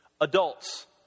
Adults